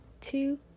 two